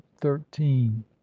Thirteen